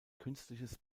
künstliches